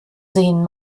sehen